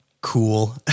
cool